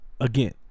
Again